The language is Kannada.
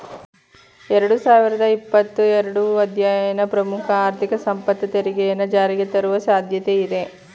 ಎರಡು ಸಾವಿರದ ಇಪ್ಪತ್ತ ಎರಡು ಅಧ್ಯಯನ ಪ್ರಮುಖ ಆರ್ಥಿಕ ಸಂಪತ್ತು ತೆರಿಗೆಯನ್ನ ಜಾರಿಗೆತರುವ ಸಾಧ್ಯತೆ ಇದೆ